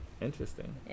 Interesting